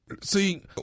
See